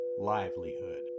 livelihood